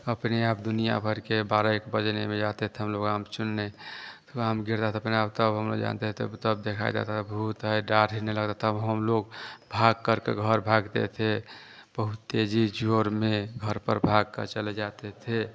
अपने आप दुनिया भर के बारह एक बजे में जाते थे हम लोग आम चुनने तो आम गिर रहे थे अपने आप तब हुआ जाते तो तब देखा जाता था भूत है दाड़ी में लग रहा तब हम लोग भाग करके घर भागते थे बहुत ते जीजू और मैं घर पर भागकर चले जाते थे